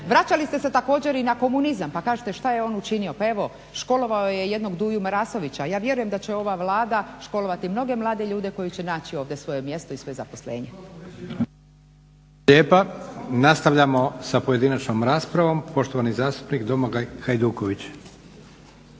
Vraćali ste se također i na komunizam pa kažete šta je on učinio. Pa evo školovao je jednog Duju Marasovića. Ja vjerujem da će ova Vlada školovati mnoge mlade ljudi koji će naći ovdje svoje mjesto i svoje zaposlenje. **Leko, Josip (SDP)** Nastavljamo sa pojedinačnom raspravom. Poštovani zastupnik Domagoj Hajduković.